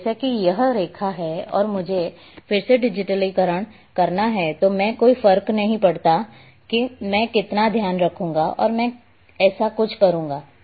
तो जैसे कि यह रेखा है और अगर मुझे फिर से डिजिटलीकरण करना है तो मैं कोई फर्क नहीं पड़ता कि मैं कितना ध्यान रखूंगा और मैं ऐसा कुछ करूंगा